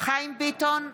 חיים ביטון,